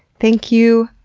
thank you,